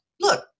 look